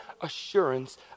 assurance